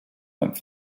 went